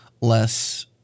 less